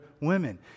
women